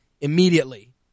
immediately